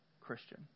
Christian